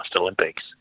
Olympics